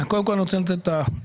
קודם כול, אני רוצה לנצל את ההזדמנות,